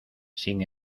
sin